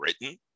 written